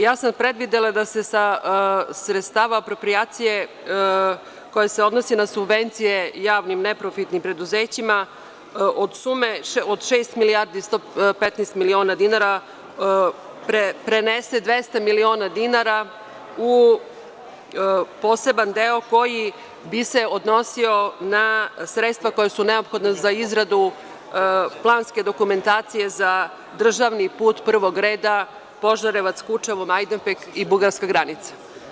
Ja sam predvidela da se sa sredstava aproprijacije koja se odnosi na subvencije javnim neprofitnim preduzećima od sume od 6.115.000.000 dinara prenese 200.000.000 dinara u poseban deo koji bi se odnosio na sredstva koja su neophodna za izradu planske dokumentacije za državni put prvog reda Požarevac, Kučevo, Majdanpek i Bugarska granica.